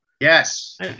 Yes